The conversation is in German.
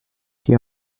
die